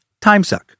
timesuck